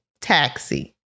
Taxi